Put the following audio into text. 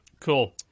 cool